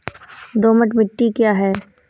दोमट मिट्टी क्या है?